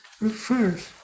refers